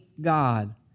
God